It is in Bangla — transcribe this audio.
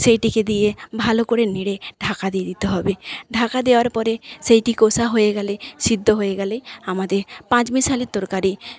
সেইটিকে দিয়ে ভালো করে নেড়ে ঢাকা দিয়ে দিতে হবে ঢাকা দেওয়ার পরে সেইটি কষা হয়ে গেলে সিদ্ধ হয়ে গেলেই আমাদের পাঁচমিশালি তরকারি